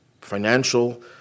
financial